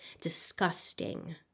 Disgusting